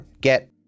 get